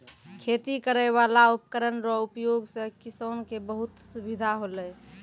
खेती करै वाला उपकरण रो उपयोग से किसान के बहुत सुबिधा होलै